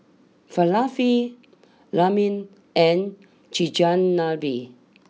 Falafel Ramen and Chigenabe